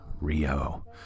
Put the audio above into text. Rio